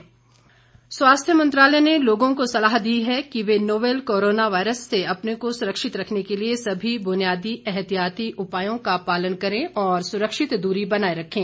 corona सुरक्षा स्वास्थ्य मंत्रालय ने लोगों को सलाह दी है कि वे नोवल कोरोना वायरस से अपने को सुरक्षित रखने के लिए सभी बुनियादी एहतियाती उपायों का पालन करें और सुरक्षित दूरी बनाए रखें